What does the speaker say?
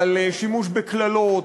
על שימוש בקללות,